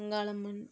Angalamman